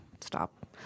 stop